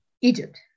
Egypt